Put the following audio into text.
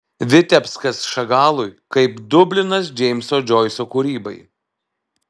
vitebskas šagalui kaip dublinas džeimso džoiso kūrybai